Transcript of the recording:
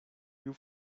you